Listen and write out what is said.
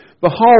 Behold